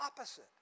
opposite